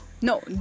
No